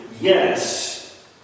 yes